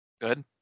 Good